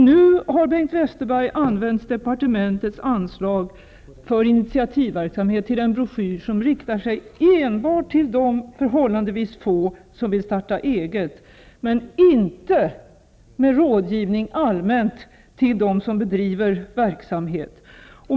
Nu har Bengt Westerberg använt departementets anslag för initiativverksamhet till en broschyr som riktar sig enbart till de förhållandevis få som vill starta eget men som inte innehåller allmän rådgivning till dem som bedriver verksamhet.